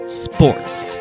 sports